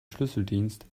schlüsseldienst